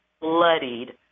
bloodied